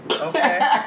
Okay